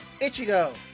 Ichigo